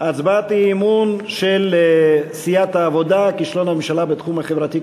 הצבעת אי-אמון של סיעת העבודה: כישלון הממשלה בתחום החברתי,